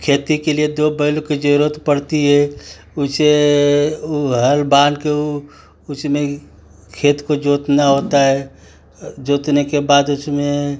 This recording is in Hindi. खेती के लिए दो बैलों की जरूरत पड़ती है उसे वो हल बाँध कर ऊ उसमें खेत को जोतना होता है जोतने के बाद उसमें